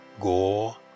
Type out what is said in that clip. Go